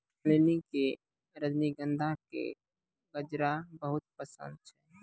नलिनी कॅ रजनीगंधा के गजरा बहुत पसंद छै